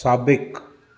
साबिक़ु